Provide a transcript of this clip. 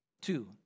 Two